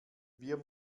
wir